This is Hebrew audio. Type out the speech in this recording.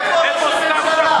איפה ראש הממשלה?